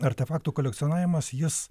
artefaktų kolekcionavimas jis